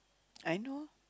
I know